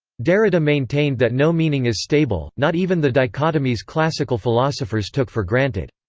derrida maintained that no meaning is stable, not even the dichotomies classical philosophers took for granted.